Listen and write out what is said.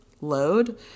load